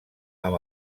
amb